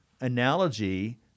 analogy